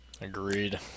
Agreed